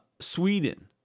Sweden